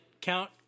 count